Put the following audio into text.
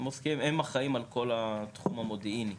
הם אחראים על כל התחום המודיעיני.